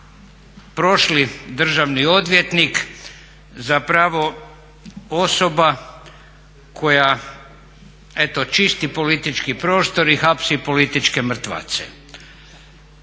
prošli državni odvjetnik zapravo osoba koja eto čisti politički prostor i hapsi političke mrtvace.